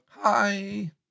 Hi